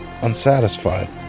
unsatisfied